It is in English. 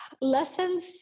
lessons